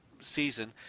season